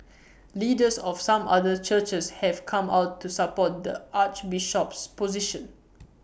leaders of some other churches have come out to support the Archbishop's position